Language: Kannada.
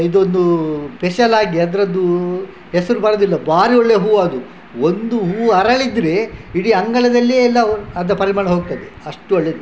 ಇದೊಂದು ಪೆಷಲ್ ಆಗಿ ಅದರದ್ದು ಹೆಸರು ಬರೋದಿಲ್ಲ ಭಾರಿ ಒಳ್ಳೆ ಹೂ ಅದು ಒಂದು ಹೂ ಅರಳಿದರೆ ಇಡಿ ಅಂಗಳದಲ್ಲಿ ಎಲ್ಲ ಅದರ ಪರಿಮಳ ಹೋಗ್ತದೆ ಅಷ್ಟು ಒಳ್ಳೆದು